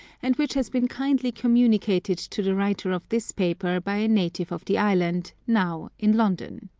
and which has been kindly communicated to the writer of this paper by a native of the island, now in london.